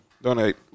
Donate